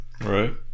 Right